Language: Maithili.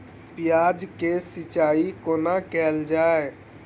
प्याज केँ सिचाई कोना कैल जाए?